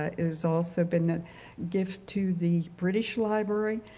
ah it has also been a gift to the british library,